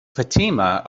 fatima